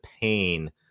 pain